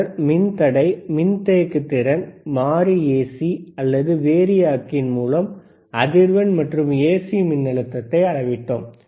பின்னர் மின்தடை மின்தேக்கு திறன் மாறி ஏசி அல்லது வேரியாகின் மூலம் அதிர்வெண் மற்றும் ஏசி மின்னழுத்தத்தை அளவிட்டோம்